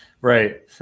Right